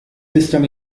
system